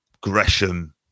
Gresham